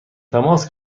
تماس